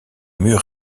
murs